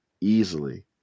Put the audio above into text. easily